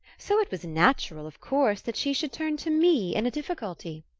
so it was natural, of course, that she should turn to me in a difficulty.